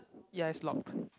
ya is locked